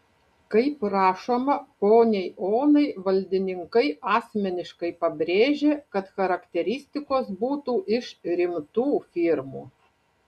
kaip rašoma poniai onai valdininkai asmeniškai pabrėžė kad charakteristikos būtų iš rimtų firmų